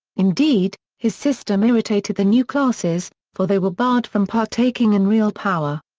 indeed, his system irritated the new classes, for they were barred from partaking in real power.